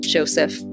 Joseph